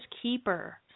keeper